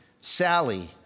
Sally